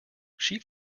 sheep